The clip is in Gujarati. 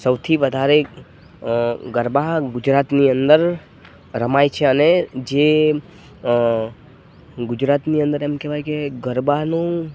સૌથી વધારે ગરબા ગુજરાતની અંદર રમાય છે અને જે ગુજરાતની અંદર એમ કહેવાય કે ગરબાનું